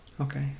Okay